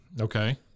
okay